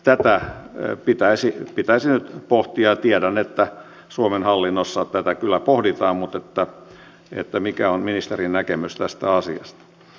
tätä pitäisi nyt pohtia ja tiedän että suomen hallinnossa tätä kyllä pohditaan mutta mikä on ministerin näkemys tästä asiasta